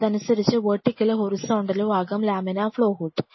അതനുസരിച്ചു വെർട്ടികലോ ഹൊറിസോണ്ടലോ ആകാം ലാമിനാർ ഫ്ലോ ഹുഡ്